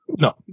No